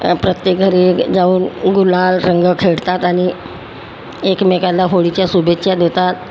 प्रत्येक घरी जाऊन गुलाल रंग खेळतात आणि एकमेकाला होळीच्या शुभेच्छा देतात